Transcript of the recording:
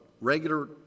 regular